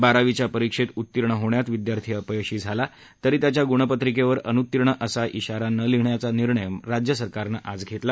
बारावीच्या परीक्षेत उत्तीर्ण होण्यात विद्यार्थी अपयशी झाला तरी त्याच्या गूणपत्रिकेवर अनुत्तीर्ण असा शेरा न लिहिण्याचा निर्णय राज्य सरकारने आज घेतला